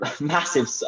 massive